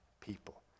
people